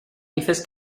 dices